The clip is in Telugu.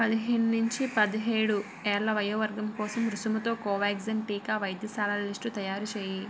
పదిహేను నుంచి పదిహేడు ఏళ్ల వయోవర్గం కోసం రుసుముతో కోవాక్సిన్ టీకా వైద్యశాలల లిస్టు తయారు చేయి